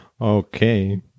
Okay